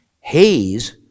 haze